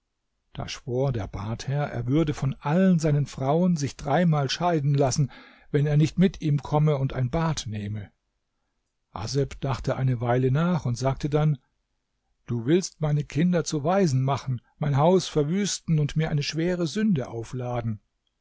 weil nach der dritten scheidung man seine frau nicht wieder heiraten darf wenn er nicht mit ihm komme und ein bad nehme haseb dachte eine weile nach und sagte dann du willst meine kinder zu waisen machen mein haus verwüsten und mir eine schwere sünde aufladen